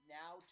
now